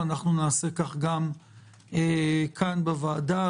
נעשה כך גם כאן בוועדה,